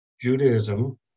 Judaism